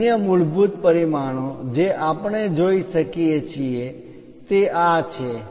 અને અન્ય મૂળભૂત પરિમાણો જે આપણે જોઈ શકીએ છીએ તે આ છે